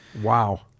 wow